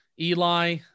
Eli